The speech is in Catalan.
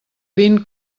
vint